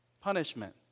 punishment